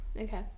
Okay